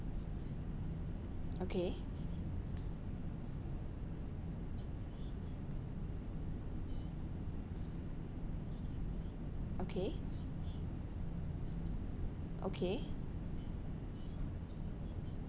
okay okay okay